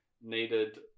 needed